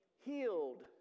Healed